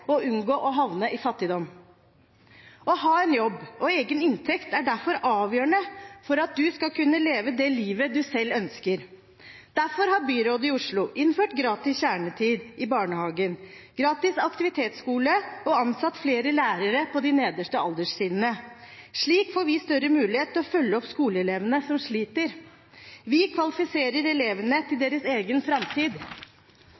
og unngå å havne i fattigdom. Å ha en jobb og egen inntekt er derfor avgjørende for at en skal kunne leve det livet en selv ønsker. Derfor har byrådet i Oslo innført gratis kjernetid i barnehagen, gratis aktivitetsskole og ansatt flere lærere på de nederste alderstrinnene. Slik får vi større mulighet til å følge opp skoleelevene som sliter. Vi kvalifiserer elevene til